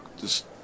Just-